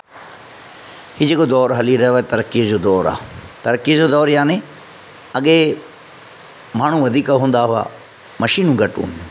हीउ जेको दौरु हली रहियो आहे तरकीअ जो दौरु आहे तरकीअ जो दौरु याने अॻें माण्हू वधीक हूंदा हुआ मशीनूं घटि हूंदियूं